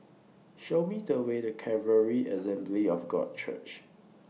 Show Me The Way to Calvary Assembly of God Church